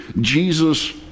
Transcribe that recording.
Jesus